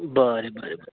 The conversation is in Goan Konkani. बरें बरें